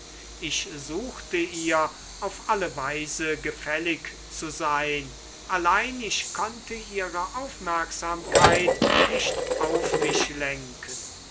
ich suchte ihr auf alle weise gefällig zu sein allein ich konnte ihre aufmerksamkeit nicht auf mich lenken